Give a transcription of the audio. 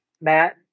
Matt